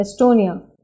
Estonia